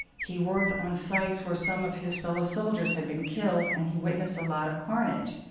he worked on sites where some of his fellow soldiers had been killed, and he witnessed a lot of carnage.